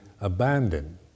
abandoned